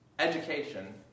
Education